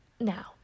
Now